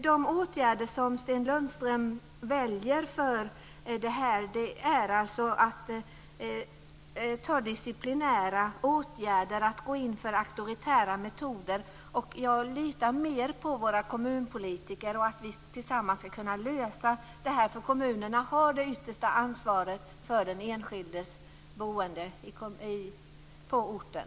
De åtgärder som Sten Lundström väljer är alltså disciplinära åtgärder och att gå in för auktoritära metoder. Jag litar mer på våra kommunpolitiker och på att vi tillsammans ska kunna lösa detta. Kommunerna har det yttersta ansvaret för den enskildes boende på orten.